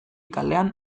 kalean